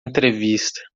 entrevista